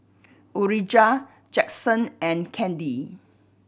Urijah Jaxson and Candi